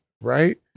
Right